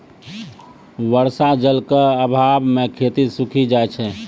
बर्षा जल क आभाव म खेती सूखी जाय छै